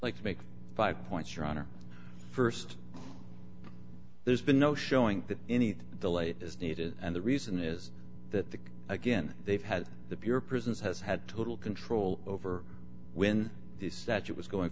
let's make five points your honor st there's been no showing that anything the late is needed and the reason is that the again they've had the pure prisons has had total control over when the statute was going